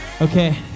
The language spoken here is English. Okay